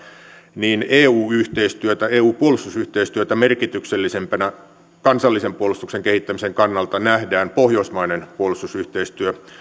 niin eu yhteistyötä eu puolustusyhteistyötä merkityksellisempänä kansallisen puolustuksen kehittämisen kannalta nähdään pohjoismainen puolustusyhteistyö